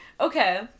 okay